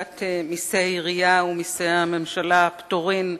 פקודת מסי העירייה ומסי הממשלה (פטורין)